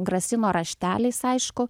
grasino rašteliais aišku